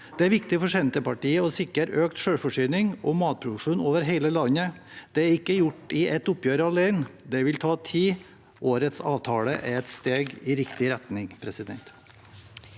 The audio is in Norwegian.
Det er viktig for Senterpartiet å sikre økt selvforsyning og matproduksjon over hele landet, og det er ikke gjort i ett oppgjør alene. Det vil ta tid. Årets avtale er et steg i riktig retning. Presidenten